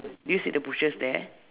do you see the butchers there